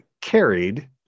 carried